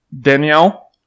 Danielle